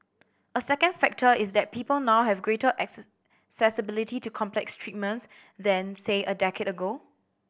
a second factor is that people now have greater accessibility to complex treatments than say a decade ago